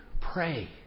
pray